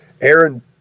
Aaron